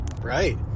Right